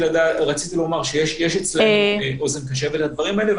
לומר שיש אצלנו אוזן קשבת לדברים האלה,